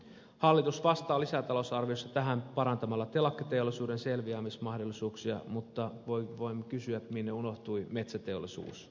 hallitus vastaa lisätalousarviossa tähän parantamalla telakkateollisuuden selviämismahdollisuuksia mutta voimme kysyä minne unohtui metsäteollisuus